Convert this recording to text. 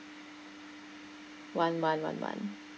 one one one one